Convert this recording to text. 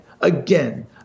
Again